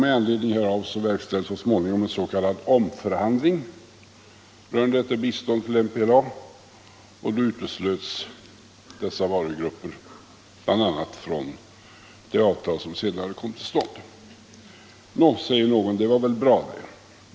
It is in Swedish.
Med anledning härav verkställdes så småningom en s.k. omförhandling rörande detta bistånd till MPLA, och då uteslöts bl.a. dessa varugrupper från det avtal som senare kom till stånd. Granskning av Nå, säger någon, det var väl bra.